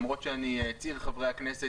למרות שאני צעיר חברי הכנסת,